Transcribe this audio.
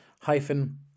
hyphen